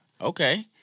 Okay